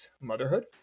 motherhood